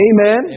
Amen